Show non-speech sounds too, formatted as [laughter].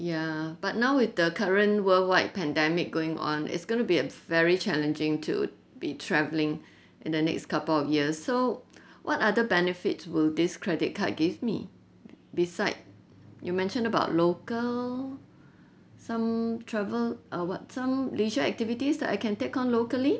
ya but now with the current worldwide pandemic going on it's gonna be at very challenging to be traveling [breath] in the next couple of years so [breath] what other benefits will this credit card give me beside you mention about local some travel uh what some leisure activities that I can take on locally